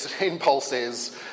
impulses